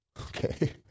okay